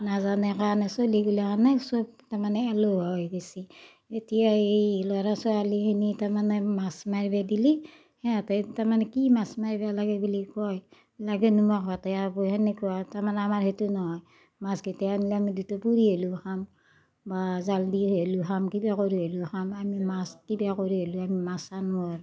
নাজানে কাৰণে চলি গিলাখানে চব তামানে এলেহুৱা হৈ গৈছে এতিয়া এই ল'ৰা ছোৱালীখিনি তাৰমানে মাছ মাৰিব দিলে সিহঁতে তাৰমানে কি মাছ মাৰিব লাগে বুলি কয় লাগে নিমখ ভাতে খাব তেনেকুৱা তাৰমানে আমাৰ সেইটো নহয় মাছ গেটে আনলে আমি দুটা পুৰি হ'লেও খাম বা জাল দি হ'লেও খাম কিবা কৰি হ'লেও খাম আমি মাছ কিবা কৰি হ'লেও আমি মাছ আনোৱেই